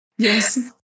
Yes